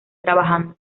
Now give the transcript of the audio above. trabajando